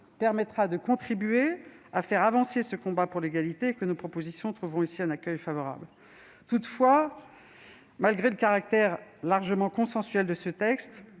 permettra de contribuer à faire avancer ce combat pour l'égalité et que nos propositions trouveront ici un accueil favorable. Toutefois, malgré le caractère largement consensuel de ce texte,